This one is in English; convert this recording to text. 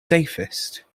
safest